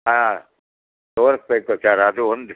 ಹಾಂ ತೋರಿಸ್ಬೇಕು ಸರ್ ಅದು ಒಂದು